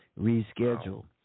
reschedule